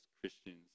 Christians